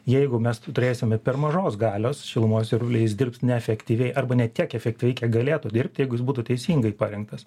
jeigu mes tu turėsim per mažos galios šilumos siurbliai dirbs neefektyviai arba ne tiek efektyviai kiek galėtų dirbt jeigu jis būtų teisingai parengtas